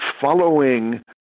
following